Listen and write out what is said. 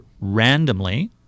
randomly